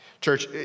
Church